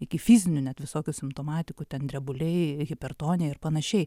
iki fizinių net visokių simptomatikų ten drebuliai hipertonija ir panašiai